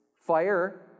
Fire